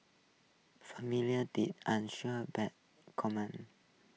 familiarity unsure paid commom